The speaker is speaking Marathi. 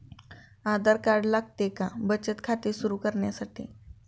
आधार कार्ड लागते का बचत खाते सुरू करण्यासाठी?